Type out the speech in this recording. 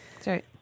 Sorry